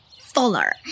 fuller